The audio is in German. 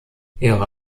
ihre